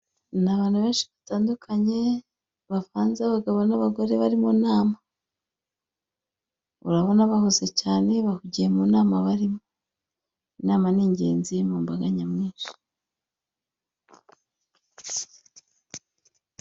Ni abantu benshi batandukanye bavanze b'abagabo n'abagore bari mu nama, urabona bahuze cyane bahugiye mu nama barimo, inama ni ingenzi mu mbaga nyamwinshi.